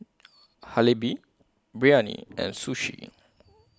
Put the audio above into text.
Biryani and Sushi